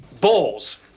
Balls